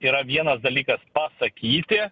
yra vienas dalykas pasakyti